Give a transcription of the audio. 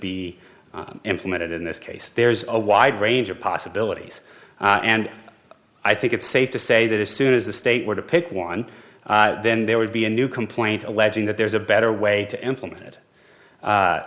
be implemented in this case there's a wide range of possibilities and i think it's safe to say that as soon as the state were to pick one then there would be a new complaint alleging that there's a better way to implement it